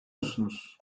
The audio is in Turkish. musunuz